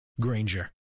Granger